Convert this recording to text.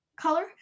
color